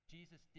Jesus